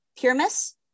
Pyramus